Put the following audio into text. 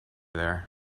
there